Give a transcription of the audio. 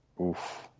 Oof